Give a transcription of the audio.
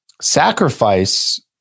Sacrifice